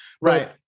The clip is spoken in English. right